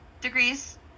degrees